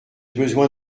besoin